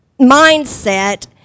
mindset